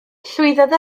llwyddodd